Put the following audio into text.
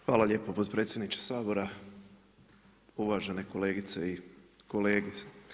Hvala lijepo potpredsjedniče Sabora, uvažene kolegice i kolege.